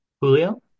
julio